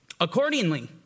Accordingly